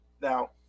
Now